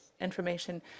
information